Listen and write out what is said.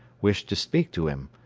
wished to speak to him,